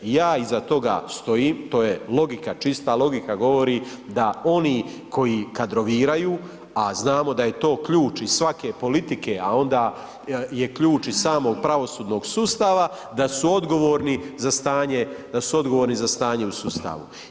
I ja iza toga stojim, to je logika, čista logika govori da oni koji kadroviraju a znamo da je to ključ i svake politike a onda je ključ i samog pravosudnog sustava da su odgovorni za stanje, da su odgovorni za stanje u sustavu.